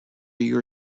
your